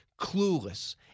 Clueless